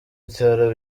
ibitaro